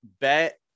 bet –